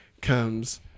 comes